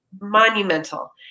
monumental